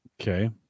okay